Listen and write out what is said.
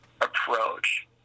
approach